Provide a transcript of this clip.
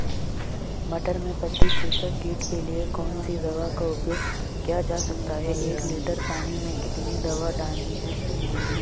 मटर में पत्ती चूसक कीट के लिए कौन सी दवा का उपयोग किया जा सकता है एक लीटर पानी में कितनी दवा डालनी है?